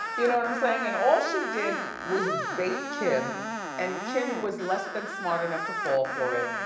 you know what i'm sayin', and all she did was bait kim and kim was less than smart enough to fall for it.